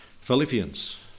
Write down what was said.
Philippians